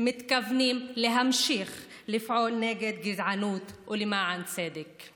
מתכוונים להמשיך לפעול נגד גזענות ולמען צדק.